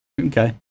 Okay